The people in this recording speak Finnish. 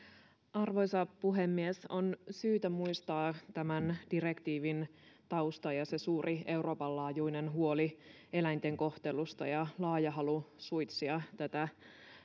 arvoisa puhemies on syytä muistaa tämän direktiivin tausta ja se suuri euroopan laajuinen huoli eläinten kohtelusta ja laaja halu suitsia tätä